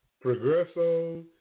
Progresso